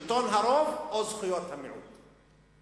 שלטון הרוב או זכויות המיעוט?